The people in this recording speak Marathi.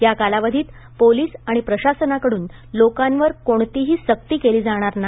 या कालावधीत पोलीस आणि प्रशासनाकडून लोकांवर कसलीही सक्ती केली जाणार नाही